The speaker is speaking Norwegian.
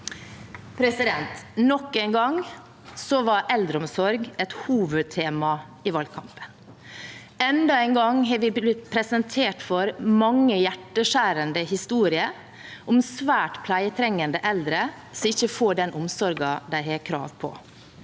Norge. Nok en gang var eldreomsorg et hovedtema i valgkampen. Enda en gang er vi blitt presentert for mange hjerteskjærende historier om svært pleietrengende eldre som ikke får den omsorgen de har krav på.